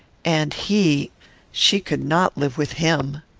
and he she could not live with him.